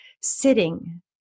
sitting